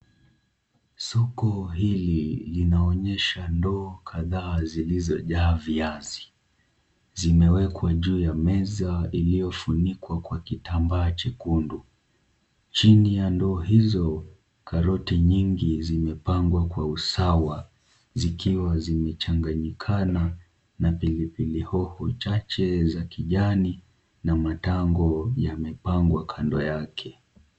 Soko hili linaonyesha ndoo kadhaa zilizojaa viazi, zimewekwa juu ya meza iliyofunikwa kwa kitambaa chekundu, chini ya ndoo hizo karoti nyingi zimepangwa kwa usawa zikiwa zimechanganyikana na pilipili hoho chache za kijani na matango yamepangwa kando yake.